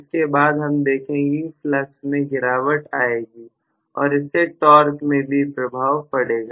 इसके बाद हम देखेंगे कि फ्लक्स में गिरावट आएगी और इससे टॉर्क में भी प्रभाव पड़ेगा